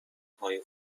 های